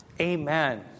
Amen